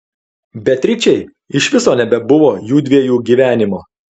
beatričei iš viso nebebuvo jųdviejų gyvenimo